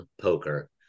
poker